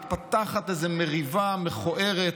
מתפתחת איזו מריבה מכוערת